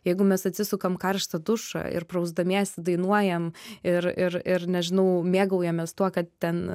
jeigu mes atsisukam karštą dušą ir prausdamiesi dainuojam ir ir ir nežinau mėgaujamės tuo kad ten